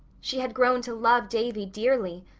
she had grown to love davy dearly.